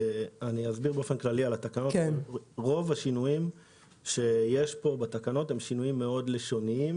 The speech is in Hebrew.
הסבר קצר: רוב השינויים שיש פה הם לשוניים